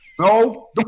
No